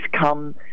come